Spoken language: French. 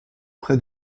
près